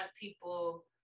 people